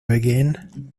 again